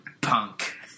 punk